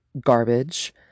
garbage